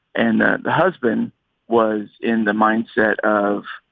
and the husband was in the mindset of